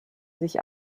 sich